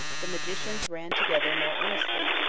the magicians ran together more earnestly,